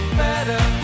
better